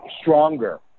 stronger